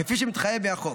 כפי שמתחייב מהחוק,